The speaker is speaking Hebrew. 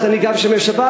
גם אני שומר שבת,